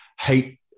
hate